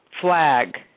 flag